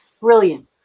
brilliant